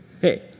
Hey